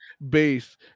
Base